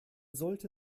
sollte